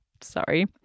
Sorry